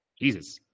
Jesus